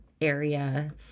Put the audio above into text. area